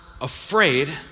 afraid